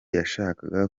yashakaga